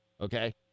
okay